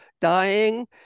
dying